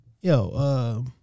Yo